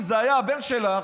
אם זה היה הבן שלך,